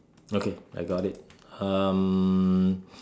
okay I got it um